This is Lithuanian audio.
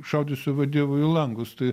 šaudysiu va dievui į langus tai